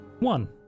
One